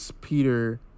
Peter